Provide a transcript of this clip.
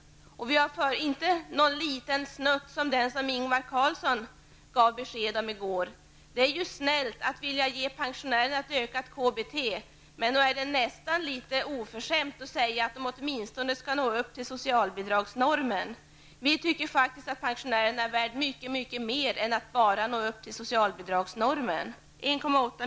Vi har inte föreslagit en sådan liten snutt som Ingvar Carlsson gav besked om i går. Det är snällt att vilja ge pensionärerna ett ökat KBT, men det är nästan litet oförskämt att säga att bidragen ''åtminstone skall nå upp till socialbidragsnormen''. Vi tycker att pensionärerna är värda mycket mer än att komma upp i nivå med socialbidragsnormen.